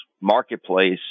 Marketplace